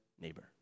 neighbor